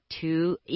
two